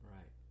Right